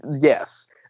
Yes